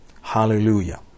Hallelujah